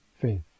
faith